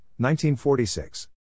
1946